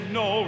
no